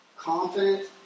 confident